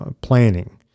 Planning